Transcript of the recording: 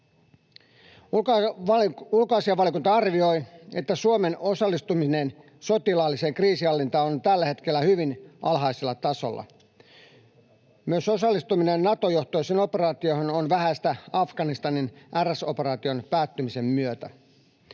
Ulkoasiainvaliokunta arvioi, että Suomen osallistuminen sotilaalliseen kriisinhallintaan on tällä hetkellä hyvin alhaisella tasolla. Myös osallistuminen Nato-johtoisiin operaatioihin on vähäistä Afganistanin RS-operaation päättymisen myötä.